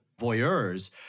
voyeurs